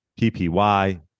PPY